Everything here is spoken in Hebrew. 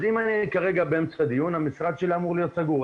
אז אם אני כרגע באמצע דיון המשרד שלי אמור להיות סגור.